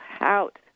out